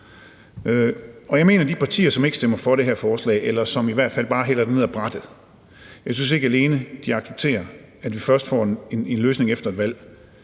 og jeg synes, at de partier, som ikke stemmer for det her forslag, eller som i hvert fald bare hælder det ned ad brættet, ikke alene accepterer, at vi først får en løsning efter et valg,